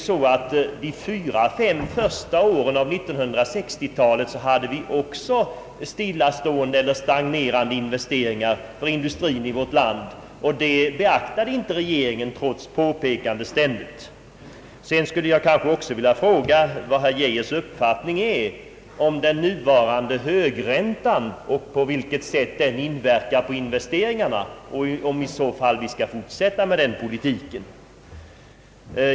Men under de fyra, fem första åren av 1960-talet hade vi ju också stillastående eller stagnerande investeringar för industrin i vårt land. Det beaktade inte regeringen trots ständiga påpekanden. Sedan skulle jag också vilja fråga vad herr Geijers uppfattning är om den nuvarande högräntan och på vilket sätt den inverkar på investeringarna och om vi skall fortsätta med den politiken.